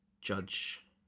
Judge